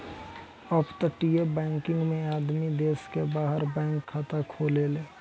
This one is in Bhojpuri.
अपतटीय बैकिंग में आदमी देश के बाहर बैंक खाता खोलेले